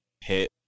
hit